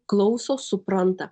klauso supranta